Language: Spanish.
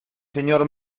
señor